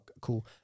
cool